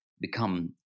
become